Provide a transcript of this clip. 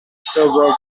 several